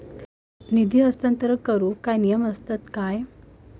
निधी हस्तांतरण करूक काय नियम असतत काय?